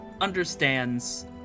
understands